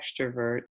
extrovert